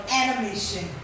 animation